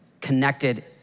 connected